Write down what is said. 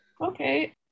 Okay